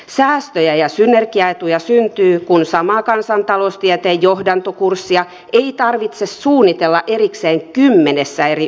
säästöjä ja synergiaetuja syntyy kun samaa kansantaloustieteen johdantokurssia ei tarvitse suunnitella erikseen kymmenessä eri yliopistossa